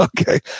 Okay